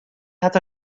hat